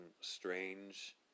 strange